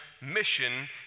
mission